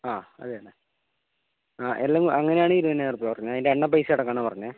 ആ അതുതന്നെ ആ എല്ലം അങ്ങനെയാണ് ഇരുപതിനായിറുപ്പ്യ പറഞ്ഞത് അതിൻ്റെ എണ്ണപ്പയിസ അടക്കമാണ് പറഞ്ഞത്